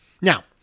Now